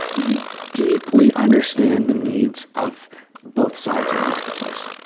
you deeply understand the needs of both sides of the marketplace.